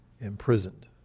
imprisoned